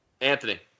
Anthony